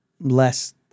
less